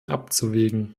abzuwägen